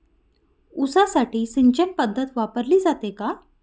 ऊसासाठी सिंचन पद्धत वापरली जाते का?